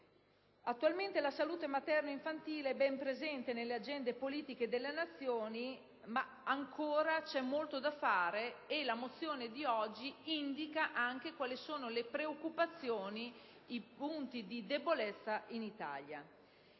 Attualmente la salute materno-infantile è ben presente nelle agende politiche delle Nazioni, ma c'è ancora molto da fare e la mozione di oggi indica anche quali sono le preoccupazioni e i punti di debolezza in Italia.